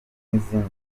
n’izindi